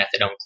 methadone